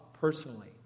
personally